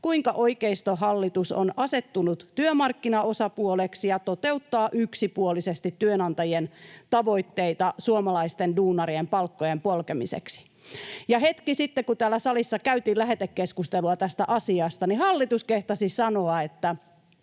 kuinka oikeistohallitus on asettunut työmarkkinaosapuoleksi ja toteuttaa yksipuolisesti työnantajien tavoitteita suomalaisten duunarien palkkojen polkemiseksi. Ja hetki sitten, kun täällä salissa käytiin lähetekeskustelua tästä asiasta, hallitus kehtasi sanoa, että